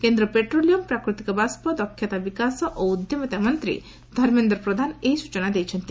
କେନ୍ଦ୍ର ପେଟ୍ରୋଲିୟମ୍ ପ୍ରାକୃତିକ ବାଷ୍ଟ ଦକ୍ଷତା ବିକାଶ ଓ ଉଦ୍ୟମିତା ମନ୍ତୀ ଧର୍ମେନ୍ଦ୍ର ପ୍ରଧାନ ଏହି ସ୍ଚନା ଦେଇଛନ୍ତି